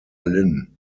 lynn